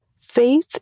Faith